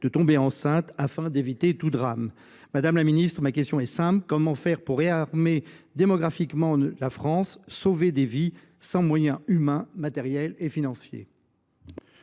de tomber enceintes afin d’éviter tout drame ? Madame la ministre déléguée, ma question est simple : comment faire pour réarmer démographiquement la France et sauver des vies sans moyens humains, matériels, financiers ?